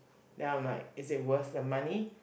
then I'm like is it worth the money